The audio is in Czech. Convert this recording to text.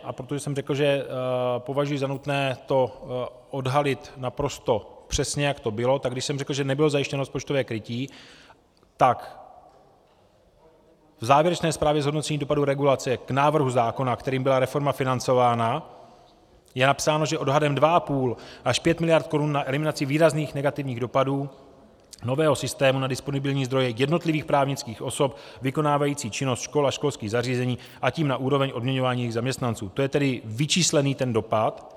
A protože jsem řekl, že považuji za nutné odhalit naprosto přesně, jak to bylo, tak když jsem řekl, že nebylo zajištěno rozpočtové krytí, tak v závěrečné zprávě zhodnocení dopadu regulace k návrhu zákona, kterým byla reforma financována, je napsáno, že odhadem 2,5 až 5 miliard korun na eliminaci výrazných negativních dopadů nového systému na disponibilní zdroje jednotlivých právnických osob vykonávajících činnost škol a školských zařízení, a tím na úroveň odměňování jejich zaměstnanců to je tedy vyčíslený ten dopad.